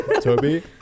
Toby